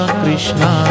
krishna